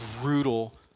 brutal